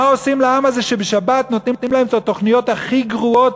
מה עושים לעם הזה שבשבת נותנים להם את התוכניות הכי גרועות,